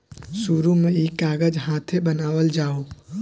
शुरु में ई कागज हाथे बनावल जाओ